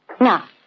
Now